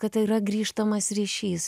kad tai yra grįžtamas ryšys